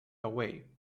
away